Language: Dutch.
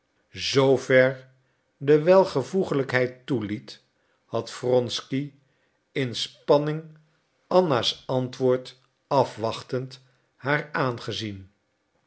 zoover de welvoegelijkheid toeliet had wronsky in spanning anna's antwoord afwachtend haar aangezien